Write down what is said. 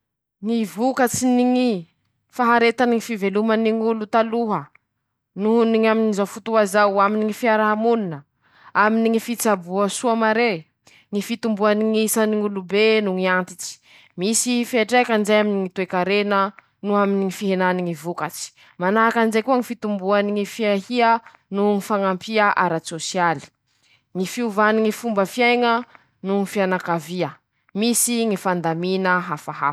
Aminy ñy fiaiña ankapobeny, tsy mahare maharary ñy raha mitiry, ñ'antone, rozy tsy manañ'ay manahaky ñ"olombelo o,tsy miay rozy ro tsy mana vata tsy mana fañahy ;dikany zay tsy mahare ñy maharary manahaky ñ'olombelo, fe mahare maharary avao koa rozy, fotony :rozy nataon-dranañahare, raha namboarin-dranañaharymana ñy maha izy azy, mana ñy hasiny.